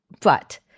But-